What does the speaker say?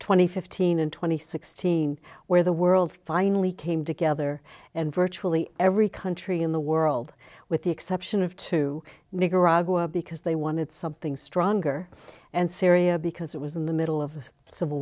twenty fifteen and twenty sixteen where the world finally came together and virtually every country in the world with the exception of two nicaragua because they wanted something stronger and syria because it was in the middle of the civil